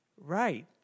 right